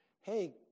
Hey